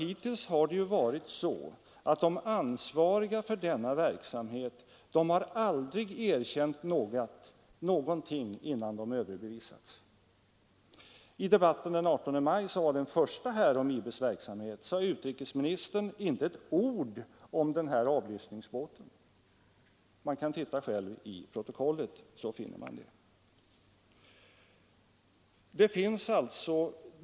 Hittills har de ansvariga för denna verksamhet aldrig erkänt någonting innan de överbevisats. I debatten den 18 maj, som var den första här i kammaren om IB:s verksamhet, sade utrikesministern inte ett ord om avlyssningsbåten; den som tittar efter i protokollet skall själv finna det.